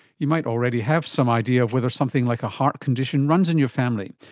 you might already have some idea of whether something like a heart condition runs in your family.